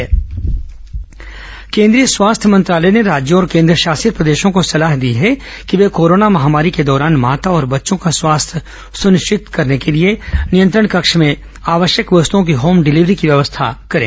corona स्वास्थ्य मंत्रालय केंद्रीय स्वास्थ्य मंत्रालय ने राज्यों और केन्द्रशासित प्रदेशों को सलाह दी है कि वे कोरोना महामारी के दौरान माता और बच्चों का स्वास्थ्य सुनिश्चित करने के लिए नियंत्रण क्षेत्र में आवश्यक वस्तओं की होम डिलिवरी की व्यवस्था करें